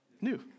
New